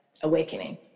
awakening